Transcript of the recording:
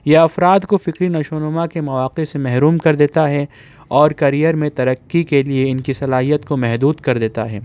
یہ افراد کو فکری نشو و نما کے مواقع محروم کر دیتا ہے اور کریئر میں ترقی کے لیے ان کے صلاحیت کو محدود کر دیتا ہے